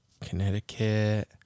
Connecticut